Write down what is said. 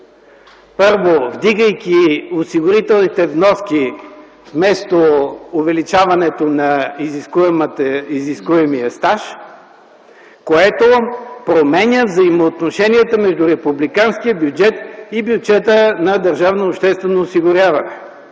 Първо, вдигайки осигурителните вноски вместо увеличаването на изискуемия стаж, което променя взаимоотношенията между Републиканския бюджет и бюджета на